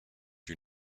you